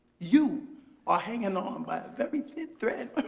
you are hanging on but very thin thread.